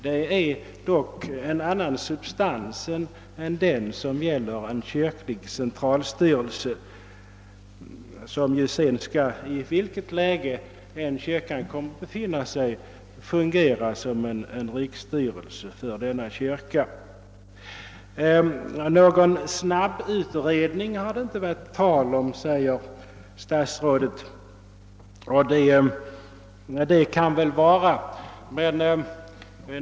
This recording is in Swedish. Denna har dock en annan substans än den fråga som gäller en kyrklig centralstyrelse, vilken ju sedan, i vilket läge kyrkan än kommer att befinna sig, skall fungera som en riksstyrelse för denna kyrka. Någon snabbutredning har det inte varit tal om, säger statsrådet, och det kan väl vara riktigt.